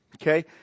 Okay